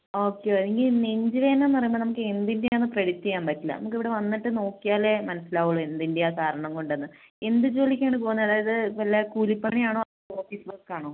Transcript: okay ഈ നെഞ്ച് വേദന എന്ന് പറയുമ്പം നമുക്ക് എന്തിൻ്റെയാണെന്ന് പ്രെഡിക്റ്റ് ചെയ്യാൻ പറ്റില്ല നമുക്ക് ഇവിടെ വന്നിട്ട് നോക്കിയാലേ മനസിലാവുള്ളൂ എന്തിൻ്റെയാണ് കാരണം കൊണ്ടെന്ന് എന്ത് ജോലിക്കാണ് പോവുന്നത് അതായത് വല്ല കൂലിപ്പണി ആണോ അതോ ഓഫീസ് വർക്ക് ആണോ